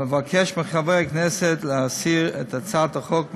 אבקש מחברי הכנסת להסיר את הצעת החוק מסדר-היום,